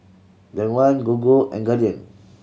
Danone Gogo and Guardian